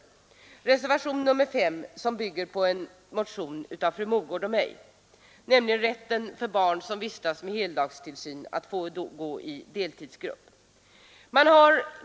I reservation nr 5, som bygger på en motion av fru Mogård och mig, begärs rätt för barn som vistas på daghem under heltid att gå över i deltidsgrupp.